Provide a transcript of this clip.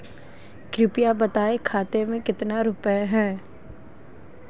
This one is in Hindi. कृपया बताएं खाते में कितने रुपए हैं?